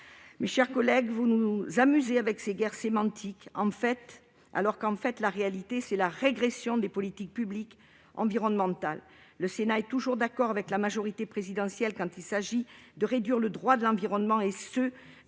Mes chers collègues, vous nous amusez avec ces guerres sémantiques, qui masquent mal la régression des politiques publiques environnementales. Le Sénat est toujours d'accord avec la majorité présidentielle quand il s'agit de réduire le droit de l'environnement.